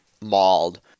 mauled